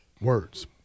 Words